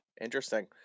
interesting